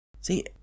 See